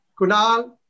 Kunal